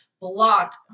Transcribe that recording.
blocked